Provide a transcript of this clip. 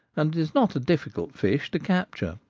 and is not a difficult fish to capture.